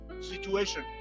situation